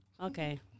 okay